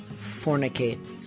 fornicate